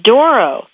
Doro